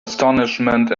astonishment